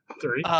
Three